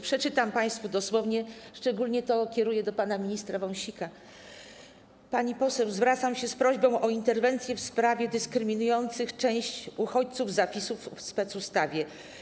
Przeczytam państwu dosłownie, szczególnie to kieruję do pana ministra Wąsika: Pani poseł, zwracam się z prośbą o interwencję w sprawie dyskryminujących część uchodźców zapisów w specustawie.